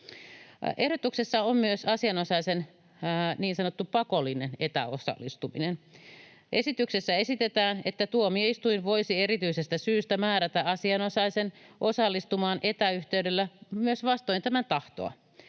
Ehdotuksessa on myös asianosaisen niin sanottu pakollinen etäosallistuminen. Esityksessä esitetään, että tuomioistuin voisi erityisestä syystä määrätä asianosaisen osallistumaan etäyhteydellä myös vastoin tämän tahtoa.